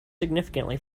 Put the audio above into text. significantly